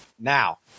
Now